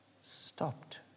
stopped